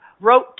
wrote